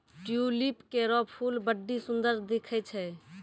tulip केरो फूल बड्डी सुंदर दिखै छै